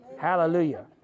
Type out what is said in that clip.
Hallelujah